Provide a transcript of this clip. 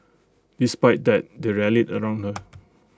despite that they rallied around her